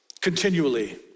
continually